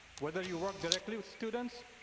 whether you work directly with students,